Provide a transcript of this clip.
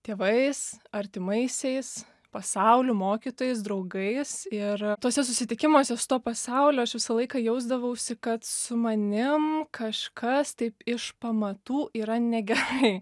tėvais artimaisiais pasauliu mokytojais draugais ir tuose susitikimuose su tuo pasauliu aš visą laiką jausdavausi kad su manim kažkas taip iš pamatų yra negerai